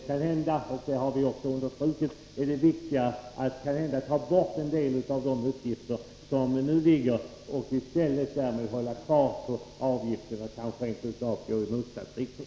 Kanhända — och det har vi också understrukit — är det riktiga att ta bort en del av de nuvarande uppgifterna och i stället behålla den nuvarande avgiften eller kanske rent av sänka avgiften.